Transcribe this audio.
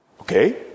Okay